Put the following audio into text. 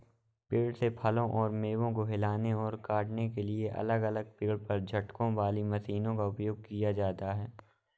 पेड़ से फलों और मेवों को हिलाने और काटने के लिए अलग अलग पेड़ पर झटकों वाली मशीनों का उपयोग किया जाता है